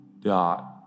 dot